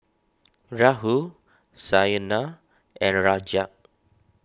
Rahul Saina and Rajat